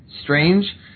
strange